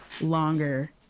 longer